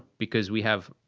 because we have.